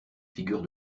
figure